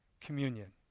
Communion